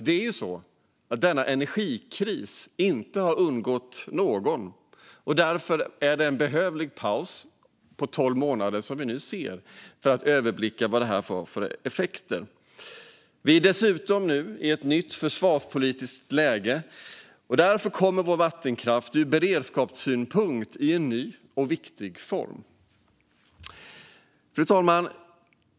Energikrisen har ju inte undgått någon, och vi ser därför nu en behövlig paus på tolv månader så att det kan överblickas vilka effekter detta har fått. Vi är dessutom nu i ett nytt försvarspolitiskt läge, och därför har vår vattenkraft ur beredskapssynpunkt en ny och viktig funktion. Fru talman!